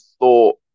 thought